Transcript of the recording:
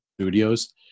Studios